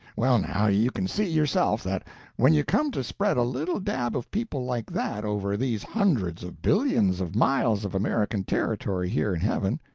well, now, you can see, yourself, that when you come to spread a little dab of people like that over these hundreds of billions of miles of american territory here in heaven,